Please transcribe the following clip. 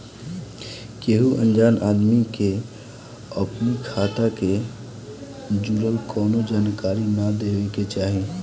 केहू अनजान आदमी के अपनी खाता से जुड़ल कवनो जानकारी ना देवे के चाही